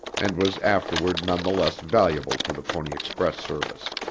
and was afterward none the less valuable to the pony express service.